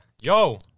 Yo